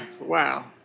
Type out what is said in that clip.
wow